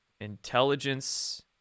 Intelligence